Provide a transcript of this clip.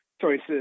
choices